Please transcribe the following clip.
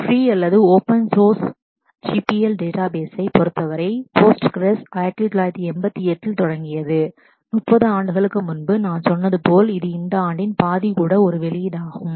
free அல்லது open source GPL data பேசை பொறுத்தவரை போஸ்ட்கிரெஸ் 1988 இல் தொடங்கியது 30 ஆண்டுகளுக்கு முன்பு நான் சொன்னது போல் அதன் பாதி கூட இந்த ஆண்டின் ஒரு வெளியீடாகும்